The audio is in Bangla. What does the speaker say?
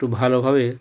একটু ভালোভাবে